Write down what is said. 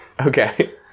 okay